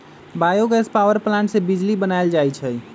bio gas power plant से बिजली बनाएल जाइ छइ